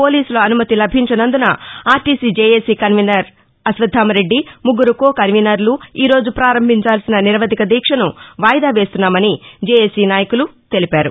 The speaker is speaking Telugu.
పోలీసుల అనుమతి లభించసందున ఆర్టీసీ జేఏసీ కన్వీనర్ అశ్వత్వామరెడ్డి ముగ్గురు కో కన్వీనర్లు ఈరోజు పారంభించాల్సిన నిరవధిక దీక్షను వాయిదా వేస్తున్నామని జెఎసీ నాయకులు తెలిపారు